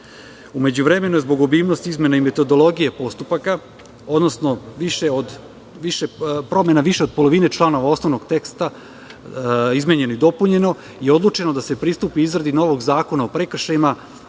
međuvremenu je zbog obimnosti izmena i metodologije postupaka, odnosno promene više od polovine članova osnovnog teksta izmenjeno i dopunjeno i odlučeno da se pristupi izradi novog zakona o prekršajima,